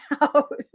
out